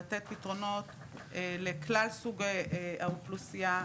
לתת פתרונות לכלל סוגי האוכלוסייה.